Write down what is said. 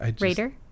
raider